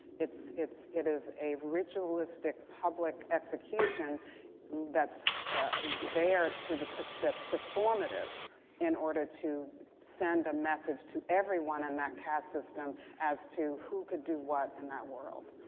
it's it's it is a ritualistic public execution that's there to that's that's performative in order to send a message to everyone in that cast system as to who could do what in that world.